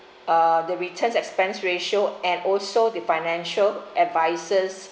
uh the returns expense ratio and also the financial advisers